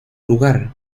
lugar